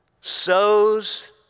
sows